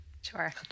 Sure